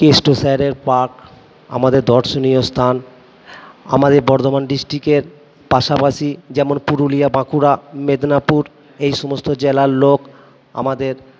কেষ্ট সায়রের পার্ক আমাদের দর্শনীয় স্থান আমাদের বর্ধমান ডিস্ট্রিকের পাশাপাশি যেমন পুরুলিয়া বাঁকুড়া মিদনাপুর এই সমস্ত জেলার লোক আমাদের